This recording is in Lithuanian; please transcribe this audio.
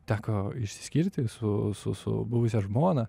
teko išsiskirti su su su buvusia žmona